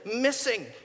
missing